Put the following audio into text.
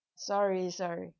sorry sorry